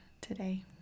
today